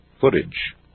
footage